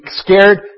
scared